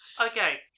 Okay